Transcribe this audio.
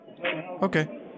Okay